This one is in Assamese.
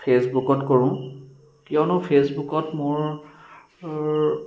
ফেচবুকত কৰোঁ কিয়নো ফেচবুকত মোৰ